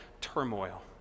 turmoil